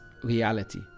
reality